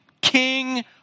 king